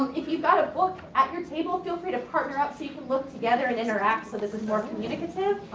if you've got a book at your table, feel free to partner up so you can look together and interact so this is more communicative.